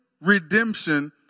redemption